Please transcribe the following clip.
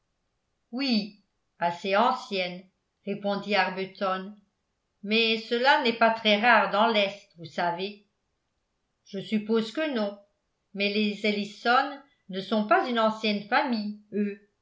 oui assez ancienne répondit arbuton mais cela n'est pas très rare dans l'est vous savez je suppose que non mais les ellison ne sont pas une ancienne famille eux